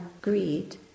greed